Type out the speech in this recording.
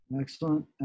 excellent